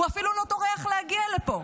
הוא אפילו לא טורח להגיע לפה.